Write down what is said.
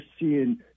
seeing